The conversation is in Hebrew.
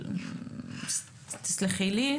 תסלחי לי.